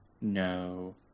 No